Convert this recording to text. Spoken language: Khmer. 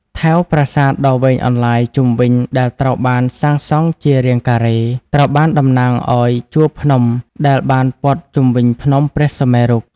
ថែវប្រាសាទដ៏វែងអន្លាយជុំវិញដែលត្រូវបានសាងសង់ជារាងការ៉េ ត្រូវបានតំណាងឲ្យជួរភ្នំដែលបានព័ទ្ធជុំវិញភ្នំព្រះសុមេរុ។